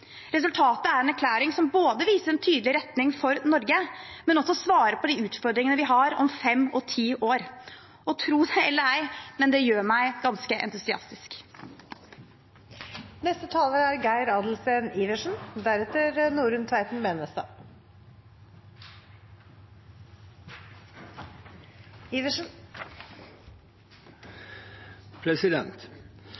Resultatet er en erklæring som både viser en tydelig retning for Norge, og som svarer på de utfordringene vi har om fem og ti år. Og tro det eller ei – det gjør meg ganske entusiastisk. Vi fra Finnmark er